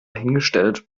dahingestellt